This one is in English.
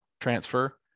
transfer